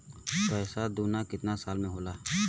पैसा दूना कितना साल मे होला?